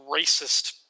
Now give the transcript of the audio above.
racist